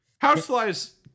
Houseflies